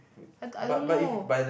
I d~ I don't know